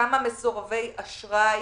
כמה מסורבי אשראי